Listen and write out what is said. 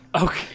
Okay